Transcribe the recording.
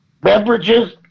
beverages